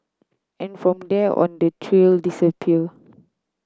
and from there on the trail disappeared